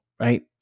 right